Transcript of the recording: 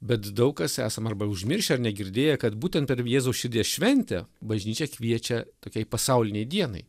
bet daug kas esam arba užmiršę ar negirdėję kad būtent per jėzaus širdies šventę bažnyčia kviečia tokiai pasaulinei dienai